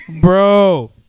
bro